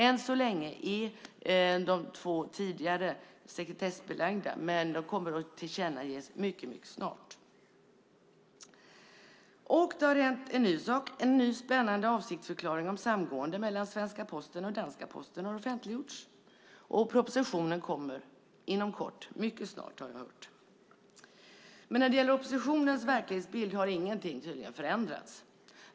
Än så länge är de två tidigare sekretessbelagda, men de kommer att tillkännages mycket snart. Det har hänt en ny sak. En ny spännande avsiktsförklaring om samgående mellan svenska Posten och danska Posten har offentliggjorts. Och propositionen kommer inom kort - mycket snart, har jag hört. Men när det gäller oppositionens verklighetsbild har tydligen ingenting förändrats.